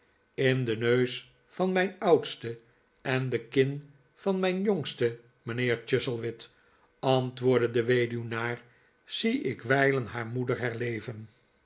in den neus van mijn'oudste en de kin van mijn jongste mijnheer chuzzlewit antwoordde de weduwnaar zie ik wijlen haar ihoeder herleven